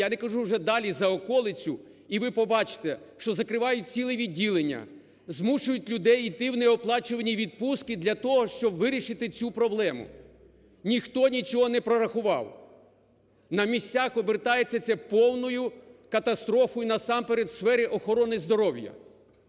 я не кажу вже далі, за околицю і ви побачите, що закривають цілі відділення, змушують людей йти в неоплачувані відпустки для того, щоб вирішити цю проблему. Ніхто нічого не прорахував, на місцях обертається це повною катастрофою, насамперед, у сфері охорони здоров'я.